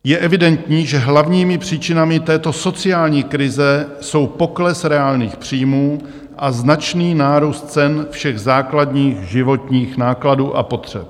Je evidentní, že hlavními příčinami této sociální krize jsou pokles reálných příjmů a značný nárůst cen všech základních životních nákladů a potřeb.